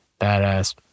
badass